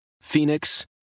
Phoenix